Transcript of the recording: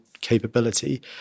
capability